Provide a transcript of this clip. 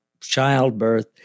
childbirth